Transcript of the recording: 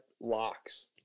locks